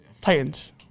Titans